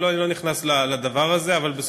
אבל אני לא נכנס לדבר הזה.